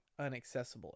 unaccessible